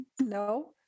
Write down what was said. No